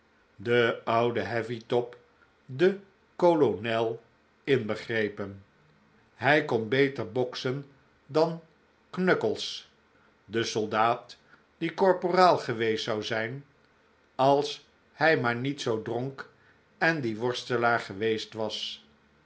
de oude heavytop de kolonel inbegrepen hij kon beter boksen dan knuckles de soldaat die korporaal geweest zou zijn als hij maar niet zoo dronk en die worstelaar geweest was